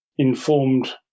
Informed